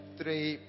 three